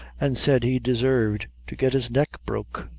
an' said he desirved to get his neck broke.